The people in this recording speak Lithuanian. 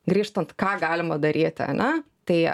grįžtant ką galima daryti ane tai